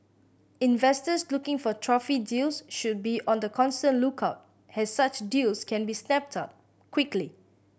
investors looking for trophy deals should be on the constant lookout as such deals can be snapped up quickly